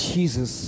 Jesus